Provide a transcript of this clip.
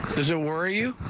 does it worry you?